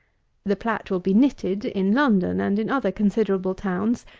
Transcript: the plat will be knitted in london, and in other considerable towns,